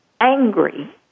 angry